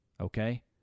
okay